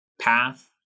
path